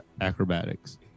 acrobatics